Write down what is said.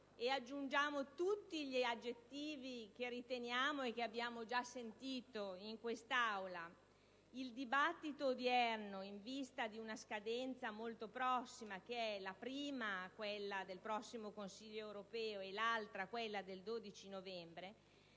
aggiungere tutti gli aggettivi che riteniamo e che abbiamo già ascoltato in quest'Aula - il dibattito odierno in vista di una scadenza molto prossima (la prima è quella del prossimo Consiglio europeo del 28 e 29 ottobre e l'altra è quella del 12 novembre)